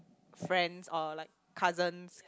friends or like cousins